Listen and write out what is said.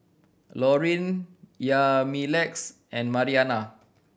Laureen Yamilex and Marianna